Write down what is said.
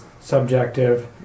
subjective